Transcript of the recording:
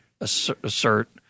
assert